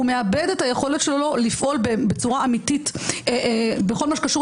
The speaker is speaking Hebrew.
הוא מאבד את היכולת שלו לפעול בצורה אמיתית בכל מה שקשור